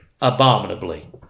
abominably